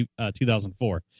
2004